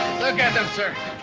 look at them, sir,